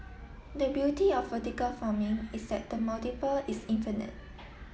the beauty of vertical farming is that the multiple is infinite